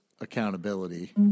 accountability